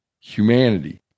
humanity